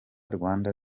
rwanda